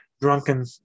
drunken